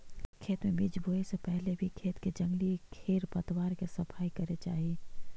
खेत में बीज बोए से पहले भी खेत के जंगली खेर पतवार के सफाई करे चाही